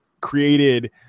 created